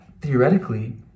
theoretically